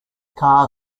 car